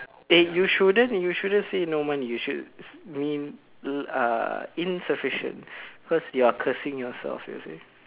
eh you shouldn't you shouldn't say no money you should mean uh insufficient because you are cursing yourself you see